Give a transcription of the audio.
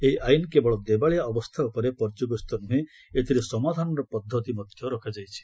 ଏହି ଆଇନ କେବଳ ଦେବାଳିଆ ଅବସ୍ଥା ଉପରେ ପର୍ଯ୍ୟବସିତ ନୁହେଁ ଏଥିରେ ସମାଧାନର ପଦ୍ଧତି ରଖାଯାଇଛି